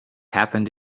happened